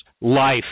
life